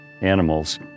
animals